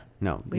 no